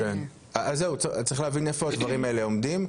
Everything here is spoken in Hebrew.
אז צריך להבין איפה הדברים האלה עומדים.